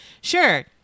Sure